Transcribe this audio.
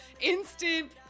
instant